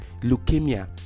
leukemia